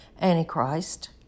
Antichrist